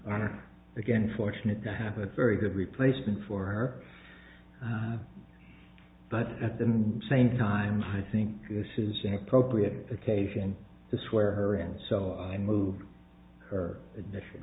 are again fortunate to have a very good replacement for her but at the same time i think this is an appropriate occasion to swear her and so i moved her admission